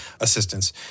assistance